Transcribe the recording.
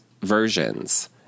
versions